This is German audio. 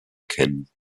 kennen